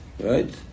right